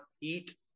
eat